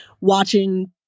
watching